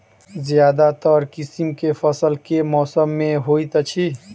ज्यादातर किसिम केँ फसल केँ मौसम मे होइत अछि?